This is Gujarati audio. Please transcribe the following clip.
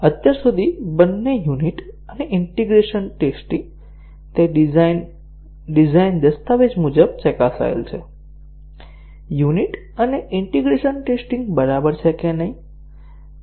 અત્યાર સુધી બંને યુનિટ અને ઈન્ટીગ્રેશન ટેસ્ટીંગ તે ડિઝાઇન ડિઝાઇન દસ્તાવેજ મુજબ ચકાસાયેલ છે યુનિટ અને ઈન્ટીગ્રેશન ટેસ્ટીંગ બરાબર છે કે નહીં